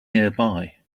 nearby